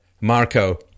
Marco